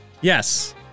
Yes